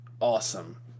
awesome